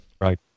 right